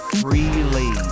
freely